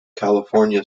california